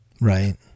Right